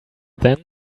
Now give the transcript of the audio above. then